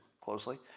closely